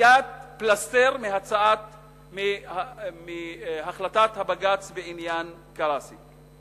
בעשיית החלטת בג"ץ בעניין קרסיק פלסתר.